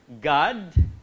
God